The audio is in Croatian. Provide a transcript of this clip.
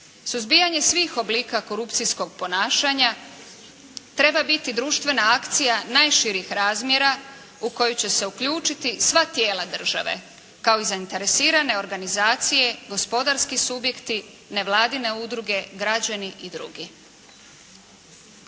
Suzbijanje svih oblika korupcijskog ponašanja, treba biti društvena akcija najširih razmjera u koju će se uključiti sva tijela države, kao i zainteresirane organizacije, gospodarski subjekti, nevladine udruge, građani i drugi.